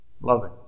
loving